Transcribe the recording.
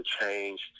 change